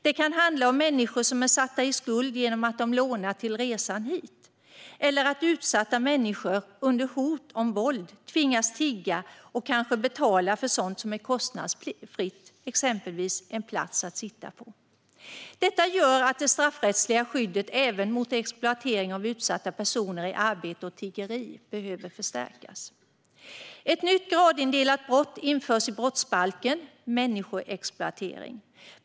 Det kan handla om människor som är satta i skuld genom att de lånat till resan hit, eller att utsatta människor tvingas under hot om våld till att tigga och kanske betala för sådant som är kostnadsfritt, exempelvis en plats att sitta på. Detta gör att det straffrättsliga skyddet även mot exploatering av utsatta personer i arbete eller tiggeri behöver förstärkas. Ett nytt gradindelat brott införs i brottsbalken: människoexploatering.